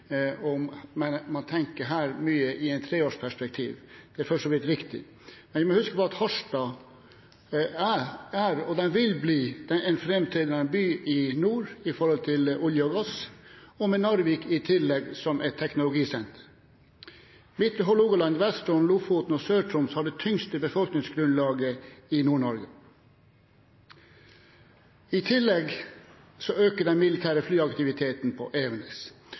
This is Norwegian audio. men man tenker her mye i et treårsperspektiv. Det er for så vidt riktig, men vi må huske på at Harstad er, og vil bli, en fremtredende by i nord når det gjelder olje og gass, og med Narvik i tillegg som et teknologisenter. Midtre Hålogaland, Vesterålen, Lofoten og Sør-Troms har det tyngste befolkningsgrunnlaget i Nord-Norge. I tillegg øker den militære flyaktiviteten på Evenes,